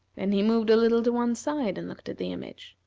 then he moved a little to one side and looked at the image,